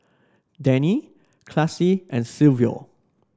Dennie Classie and Silvio